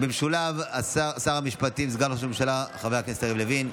במשולב שר המשפטים וסגן ראש הממשלה חבר הכנסת יריב לוין.